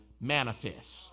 manifest